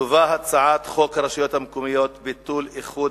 תובא הצעת חוק הרשויות המקומיות (ביטול איחוד